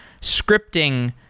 scripting